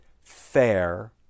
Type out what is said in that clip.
fair